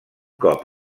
cop